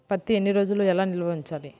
పత్తి ఎన్ని రోజులు ఎలా నిల్వ ఉంచాలి?